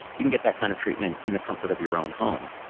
you can get that kind of treatment in the comfort of your own home.